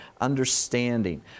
understanding